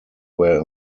where